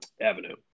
avenue